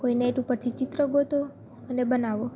કોઈ નેટ ઉપરથી ચિત્ર ગોતો અને બનાવો